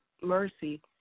mercy